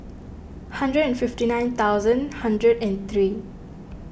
hundred and fifty nine thousand hundred and three